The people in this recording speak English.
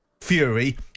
Fury